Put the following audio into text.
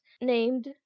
named